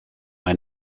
ein